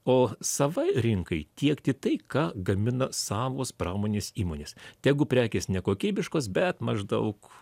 o savai rinkai tiekti tai ką gamina savos pramonės įmonės tegu prekės nekokybiškos bet maždaug